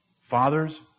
Fathers